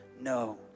no